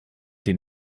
den